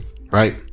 right